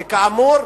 וכאמור,